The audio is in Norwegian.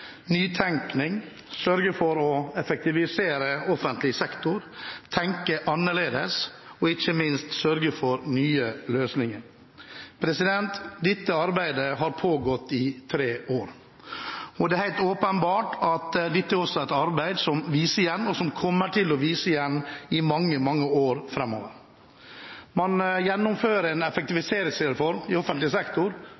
nytenkning, sørge for å effektivisere offentlig sektor, tenke annerledes og, ikke minst, sørge for nye løsninger. Dette arbeidet har pågått i tre år, og det er helt åpenbart at dette også er et arbeid som vi ser igjen, og kommer til å se igjen i mange, mange år framover. Man gjennomfører en